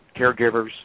caregivers